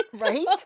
Right